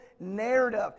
narrative